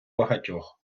багатьох